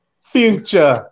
future